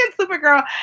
Supergirl